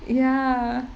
ya